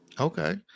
Okay